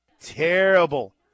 terrible